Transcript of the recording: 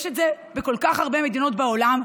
יש את זה בכל כך הרבה מדינות בעולם,